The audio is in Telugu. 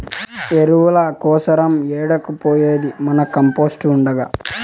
ఎరువుల కోసరం ఏడకు పోయేది మన కంపోస్ట్ ఉండగా